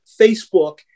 Facebook